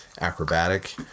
acrobatic